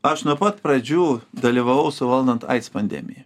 aš nuo pat pradžių dalyvavau suvaldant aids pandemiją